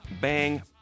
bang